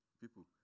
people